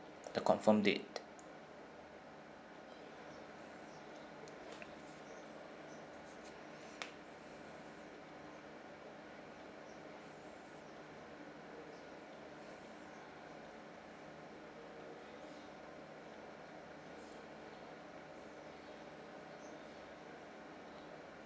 the confirm date